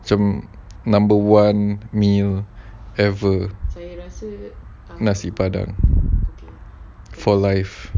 macam number one meal ever nasi padang for life